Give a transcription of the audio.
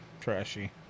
trashy